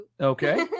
Okay